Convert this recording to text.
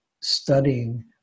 studying